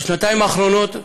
בשנתיים האחרונות,